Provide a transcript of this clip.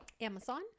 Amazon